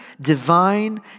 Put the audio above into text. divine